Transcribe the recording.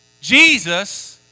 Jesus